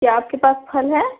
क्या आपके पास फल है